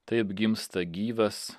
taip gimsta gyvas